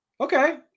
Okay